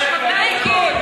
חברי הליכוד.